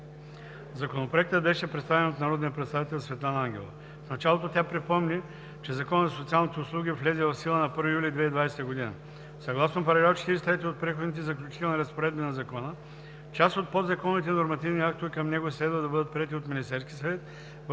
Законопроектът беше представен от народния представител Светлана Ангелова. В началото тя припомни, че Законът за социалните услуги влезе в сила на 1 юли 2020 г. Съгласно § 43 от Преходните и заключителните разпоредби на Закона част от подзаконовите нормативни актове към него следва да бъдат приети от Министерския съвет